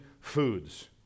foods